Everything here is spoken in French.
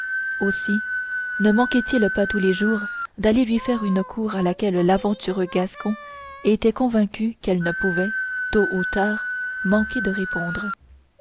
aussi ne manquait-il pas tous les jours d'aller lui faire une cour à laquelle l'aventureux gascon était convaincu qu'elle ne pouvait tôt ou tard manquer de répondre